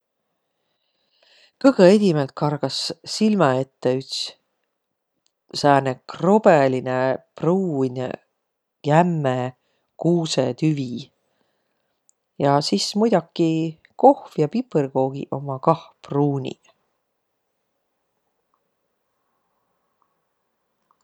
Kõgõ inne kargas silmä ette üts sääne krobõlinõ, pruun, jämme kuusõtüvi. Ja sis muidoki kohv ja pipõrkoogiq ommaq kah pruuniq.